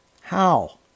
How